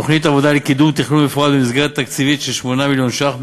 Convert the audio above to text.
תוכנית עבודה לקידום תכנון מפורט במסגרת תקציבית של 8 מיליון ש"ח.